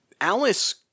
alice